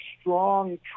strong